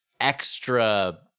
extra